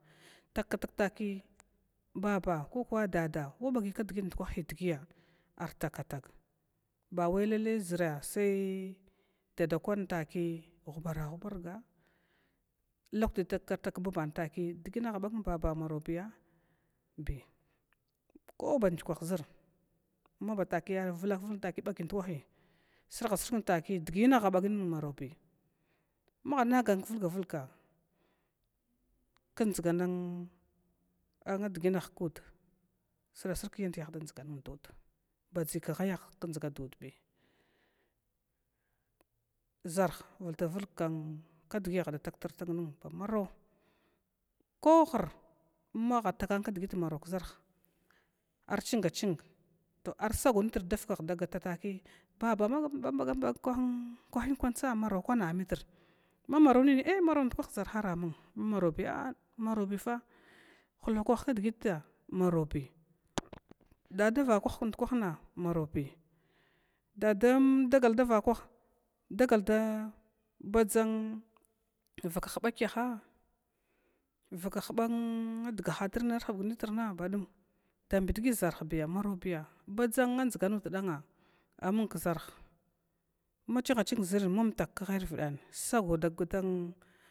Takatag tak baba kokuwa dada wabagi kdai ndukwahbi dgi artakatag bawailalai ʒara sai, dada kwan taki hubaru nubarga lakwwi takka tagtaki baba kwa bagn baba marobi bi koban hyikwa ʒr matakiya vulakvulg ni takiya bugi ndukwahi srhasrni tak dgi aha bagn marobi, maharanagan kvlga vlga kdʒg ann a diginan kud srasrg kyadi aha da dʒgann dud badʒi khayah dʒga dudbi, ʒarhvultur vulg kn kdgi aha datagtrni tagn ba maro kohr mana tagan kdgit maro vak ʒarh arching ching, to ar sago nitr davakah da gata taka bab mabagamdabag dgit ndu kwahana kwahi tsa maro kwana amitr mamaronin ee maro ndukwa ʒarhara amn ai marobiya a a marobifa, hulfakwah kdgit tsa marobi, daa vakwah ndukwana marobi, dadan dagad da vakwah dagal da baoʒa n badʒg dagal da vaka huba kyaha dambi dgi ʒahya marobi, badʒan dʒganud dan amung kʒrah machinhaching ʒrn mantak tahayividan.